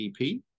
EP